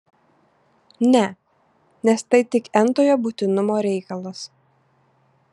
ne nes tai tik n tojo būtinumo reikalas